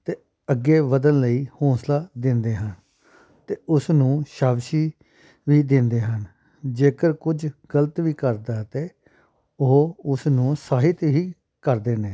ਅਤੇ ਅੱਗੇ ਵਧਣ ਲਈ ਹੌਂਸਲਾ ਦਿੰਦੇ ਹਨ ਅਤੇ ਉਸ ਨੂੰ ਸ਼ਾਬਸ਼ੀ ਵੀ ਦਿੰਦੇ ਹਨ ਜੇਕਰ ਕੁਝ ਗਲਤ ਵੀ ਕਰਦਾ ਤਾਂ ਉਹ ਉਸ ਨੂੰ ਸਾਹਿਤ ਹੀ ਕਰਦੇ ਨੇ